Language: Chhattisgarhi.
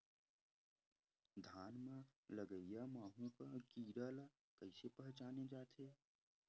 धान म लगईया माहु कीरा ल कइसे पहचाने जाथे?